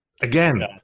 again